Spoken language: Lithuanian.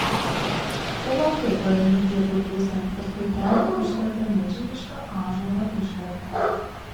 tolokai paeinu pietų pusėn paskui kelią užkerta milžiniška ąžuolo išvarta